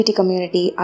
community